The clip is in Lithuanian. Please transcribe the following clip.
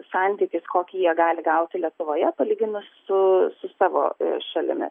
santykis kokį jie gali gauti lietuvoje palyginus su su savo šalimi